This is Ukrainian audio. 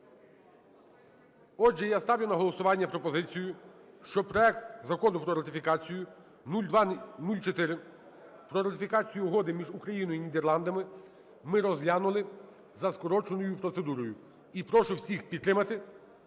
Отже, я ставлю на голосування пропозицію, що проект Закону про ратифікацію (0204), про ратифікацію Угоди між Україною і Нідерландами, ми розглянули за скороченою процедурою. І прошу всіх підтримати,